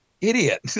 idiot